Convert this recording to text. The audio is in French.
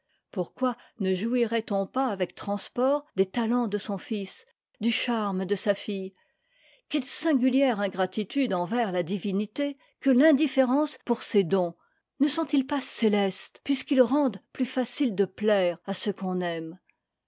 pourquoi ne jouirait on pas avec transport des talents de son fils du charme de sa fille quelle singulière ingratitude envers la divinité que l'indifférence pour ses dons ne sont-ils pas cétestes puisqu'ils rendent plus facile de plaire à ce qu'on aime